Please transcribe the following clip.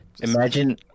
Imagine